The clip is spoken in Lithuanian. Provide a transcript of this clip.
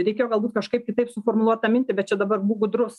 reikėjo galbūt kažkaip kitaip suformuluot tą mintį bet čia dabar būk gudrus